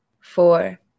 four